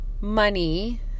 money